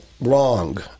Wrong